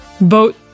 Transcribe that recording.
Boat